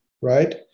right